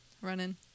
running